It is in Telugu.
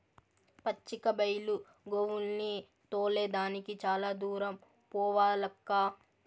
పచ్చిక బైలు గోవుల్ని తోలే దానికి చాలా దూరం పోవాలక్కా